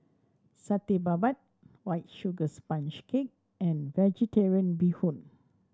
Satay Babat White Sugar Sponge Cake and Vegetarian Bee Hoon